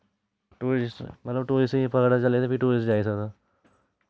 tourist मतलव टूरिस्टें पता चलै तां टूरिस्ट जाई सकदा